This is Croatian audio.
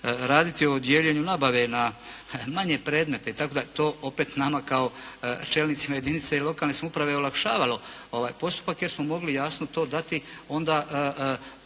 raditi o dijeljenju nabave na manje predmete itd. tako da to opet nama kao čelnicima jedinice lokalne samouprave olakšavalo postupak jer smo mogli jasno to dati onda